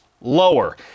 lower